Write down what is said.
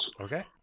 Okay